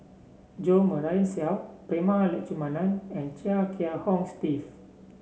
Jo Marion Seow Prema Letchumanan and Chia Kiah Hong Steve